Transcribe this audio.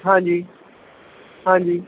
ਹਾਂਜੀ ਹਾਂਜੀ